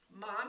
Mom